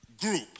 group